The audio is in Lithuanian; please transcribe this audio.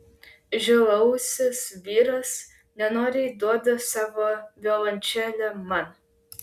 žilaūsis vyras nenoriai duoda savo violončelę man